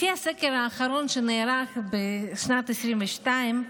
לפי הסקר האחרון, שנערך בשנת 2022,